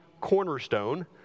cornerstone